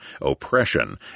oppression